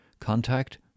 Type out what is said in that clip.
Contact